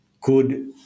good